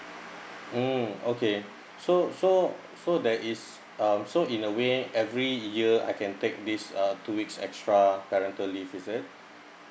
mm okay so so so that is um so in a way every year I can take this uh two weeks extra parental leave is it